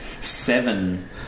seven